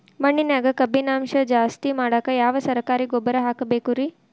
ಮಣ್ಣಿನ್ಯಾಗ ಕಬ್ಬಿಣಾಂಶ ಜಾಸ್ತಿ ಮಾಡಾಕ ಯಾವ ಸರಕಾರಿ ಗೊಬ್ಬರ ಹಾಕಬೇಕು ರಿ?